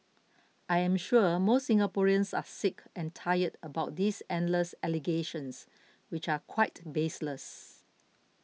I am sure most Singaporeans are sick and tired about these endless allegations which are quite baseless